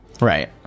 Right